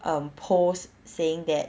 um post saying that